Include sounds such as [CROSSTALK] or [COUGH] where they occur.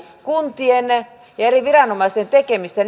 kuntien ja eri viranomaisten tekemistä [UNINTELLIGIBLE]